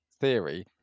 theory